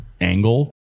angle